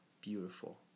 beautiful